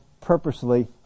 purposely